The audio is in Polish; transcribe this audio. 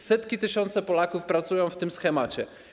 Setki tysięcy Polaków pracują w tym schemacie.